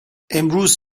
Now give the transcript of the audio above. امروز